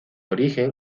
origen